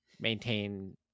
maintain